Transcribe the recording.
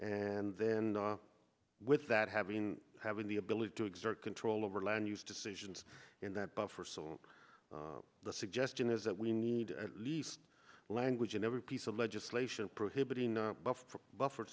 and then with that having having the ability to exert control over land use decisions in that buffer so the suggestion is that we need at least a language in every piece of legislation prohibiting buffer